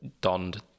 donned